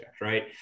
right